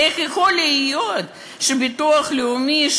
איך יכול להיות שבשביל הביטוח הלאומי,